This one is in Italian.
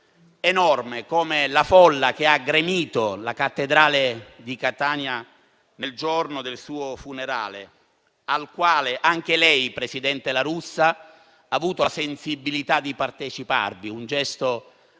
enorme come la folla che ha gremito la cattedrale di Catania nel giorno del suo funerale al quale anche lei, presidente La Russa, ha avuto la sensibilità di partecipare; un gesto